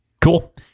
Cool